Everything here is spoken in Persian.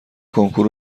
کنکور